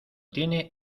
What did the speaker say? tiene